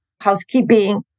housekeeping